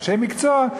אנשי מקצוע,